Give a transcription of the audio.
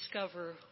discover